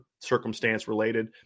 circumstance-related